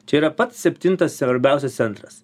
čia yra pats septintas svarbiausias centras